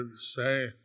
say